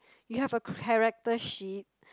you have a character sheet